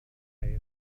mit